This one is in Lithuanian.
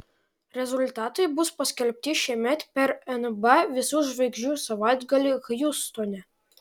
rezultatai bus paskelbti šiemet per nba visų žvaigždžių savaitgalį hjustone